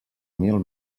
mil